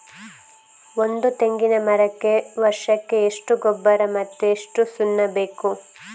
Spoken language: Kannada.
ಒಂದು ತೆಂಗಿನ ಮರಕ್ಕೆ ವರ್ಷಕ್ಕೆ ಎಷ್ಟು ಗೊಬ್ಬರ ಮತ್ತೆ ಎಷ್ಟು ಸುಣ್ಣ ಬೇಕು?